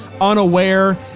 unaware